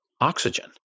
oxygen